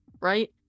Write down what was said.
right